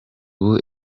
ubu